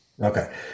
Okay